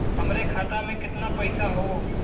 हमरे खाता में कितना पईसा हौ?